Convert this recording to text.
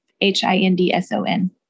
H-I-N-D-S-O-N